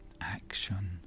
action